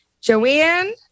Joanne